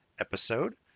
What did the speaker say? episode